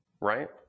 right